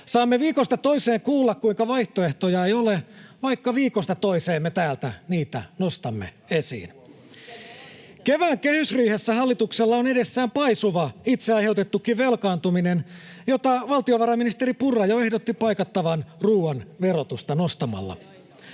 Saamme viikosta toiseen kuulla, kuinka vaihtoehtoja ei ole, vaikka viikosta toiseen me täältä niitä nostamme esiin. [Ritva Elomaa: Mitkä ne ovat?] Kevään kehysriihessä hallituksella on edessään paisuva itse aiheutettu velkaantuminen, jota valtiovarainministeri Purra jo ehdotti paikattavan ruuan verotusta nostamalla.